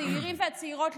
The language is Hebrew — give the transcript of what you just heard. הצעירים והצעירות,